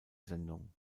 sendung